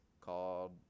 called –